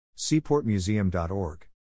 seaportmuseum.org